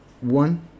one